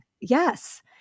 Yes